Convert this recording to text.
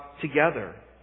together